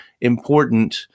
important